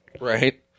Right